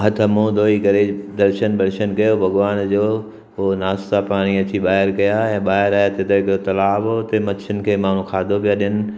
हथ मुंहं धोई करे दर्शन वर्शन कयो भॻवान जो पोइ नास्ता पाणी अची ॿाहिरि कयां ऐं ॿाहिरि आया हिते हिकिड़ो तालाब हो हुते मच्छियुनि खे माण्हूं खाधो पिया ॾियनि